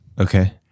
Okay